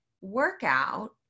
workout